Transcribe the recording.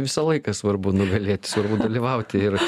visą laiką svarbu nugalėti svarbu dalyvauti ir